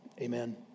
Amen